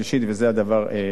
וזה הדבר החשוב.